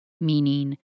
meaning